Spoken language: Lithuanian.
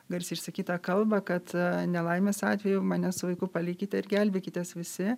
garsiai išsakytą kalbą kad nelaimės atveju mane su vaiku palikite ir gelbėkitės visi